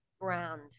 ground